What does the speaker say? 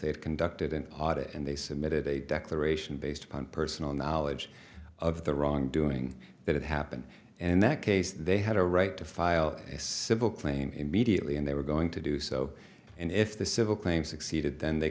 they've conducted an audit and they submitted a declaration based upon personal knowledge of the wrongdoing that happened in that case they had a right to file a civil claim immediately and they were going to do so and if the civil claims exceeded then they